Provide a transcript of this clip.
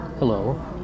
Hello